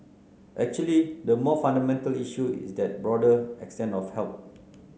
actually the more fundamental issue is that broader extent of help